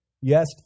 Yes